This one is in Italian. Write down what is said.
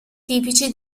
tipici